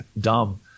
dumb